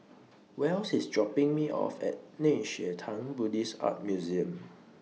Wells IS dropping Me off At Nei Xue Tang Buddhist Art Museum